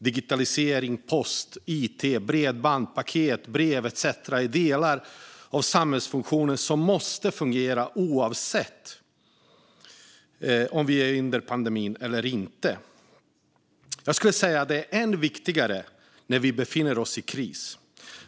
Digitalisering, post, it, bredband, paket, brev etcetera är samhällsfunktioner som måste fungera oavsett om vi är i en pandemi eller inte. Jag skulle säga att det är än viktigare när vi befinner oss i kris.